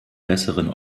besseren